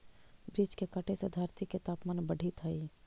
वृक्ष के कटे से धरती के तपमान बढ़ित हइ